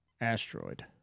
asteroid